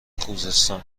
خوزستان